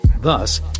Thus